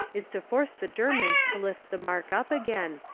is to force the germans to lift the mark up again,